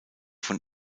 von